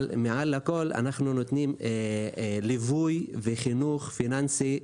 אבל מעל לכל אנחנו נותנים ליווי וחינוך פיננסי,